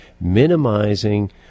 minimizing